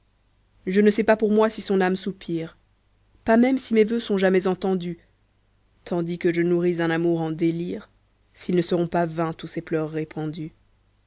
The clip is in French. je ne sais pas pour moi si son âme soupire pas même si mes voeux sont jamais entendus tandis que je nourris un amour en délire s'ils ne seront pas vains tous ces pleurs répandus